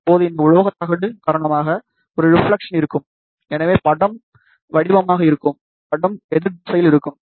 இப்போது இந்த உலோகத் தகடு காரணமாக ஒரு ரிப்ஃலெக்சன் இருக்கும் எனவே படம் வடிவமாக இருக்கும் படம் எதிர் திசையில் இருக்கும்